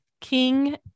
king